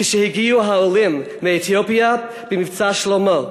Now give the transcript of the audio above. כשהגיעו העולים מאתיופיה ב"מבצע שלמה".